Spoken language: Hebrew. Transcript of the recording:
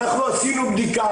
אנחנו עשינו בדיקה,